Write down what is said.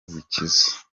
zikiza